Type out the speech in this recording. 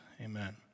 Amen